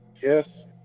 Yes